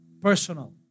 personal